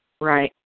Right